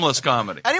comedy